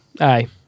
Aye